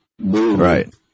Right